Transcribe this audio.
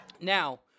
Now